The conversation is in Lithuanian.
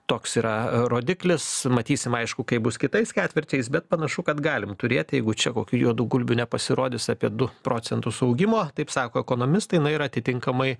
toks yra rodiklis matysim aišku kaip bus kitais ketvirčiais bet panašu kad galim turėt jeigu čia kokių juodų gulbių nepasirodys apie du procentus augimo taip sako ekonomistai na ir atitinkamai